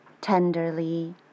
tenderly